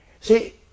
See